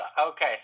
Okay